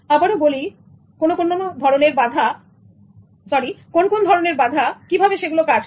আবারও বলি কোন কোন ধরনের বাধা কিভাবে সেগুলো কাজ করে